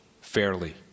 fairly